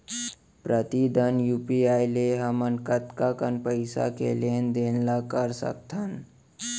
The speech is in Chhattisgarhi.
प्रतिदन यू.पी.आई ले हमन कतका कन पइसा के लेन देन ल कर सकथन?